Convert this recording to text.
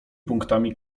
punktami